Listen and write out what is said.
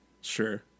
Sure